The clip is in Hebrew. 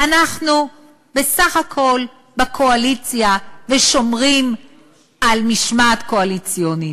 אנחנו בסך הכול בקואליציה ושומרים על משמעת קואליציונית.